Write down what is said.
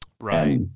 Right